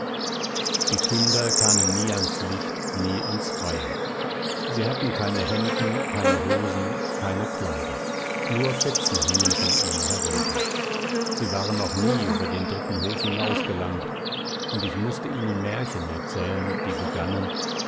die kinder kamen nie ans licht nie ans freie sie hatten keine hemden keine hosen keine kleider nur fetzen hingen von ihnen herunter sie waren noch nie über den dritten hof hinausgelangt und ich mußte ihnen märchen erzählen die begannen